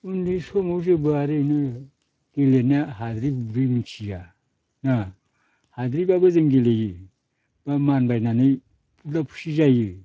उन्दै समाव जोंबो ओरैनो गेलेनाया हाद्रि हुद्रि मिथिया ना हाद्रिब्लाबो जों गेलेयो बा मानबायनानै फुद्ला फुसि जायो